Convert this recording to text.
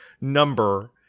number